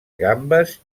gambes